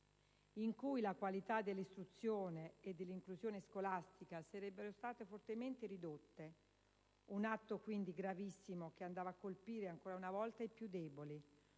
in cui la qualità dell'istruzione e dell'inclusione scolastica sarebbero state fortemente ridotte. Un atto, quindi, gravissimo che andava a colpire, ancora una volta, i più deboli.